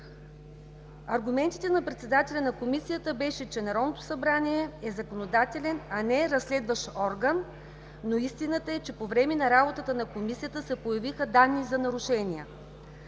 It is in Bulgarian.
Аргументите на председателя на Комисията бяха, че Народното събрание е законодателен, а не разследващ орган, но истината е, че по време на работата на Комисията се появиха данни за нарушения.